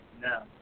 No